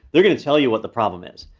they're gonna tell you what the problem is.